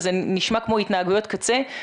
זה נשמע כמו התנהגויות קצה.